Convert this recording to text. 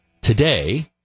Today